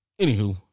Anywho